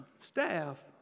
staff